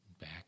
back